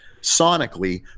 sonically